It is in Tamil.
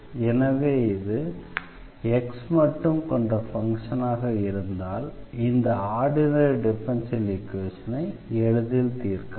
எனவே இது x மட்டும் கொண்ட ஃபங்ஷனாக இருந்தால் இந்த ஆர்டினரி டிஃபரன்ஷியல் ஈக்வேஷனை எளிதில் தீர்க்கலாம்